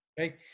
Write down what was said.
Okay